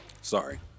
Sorry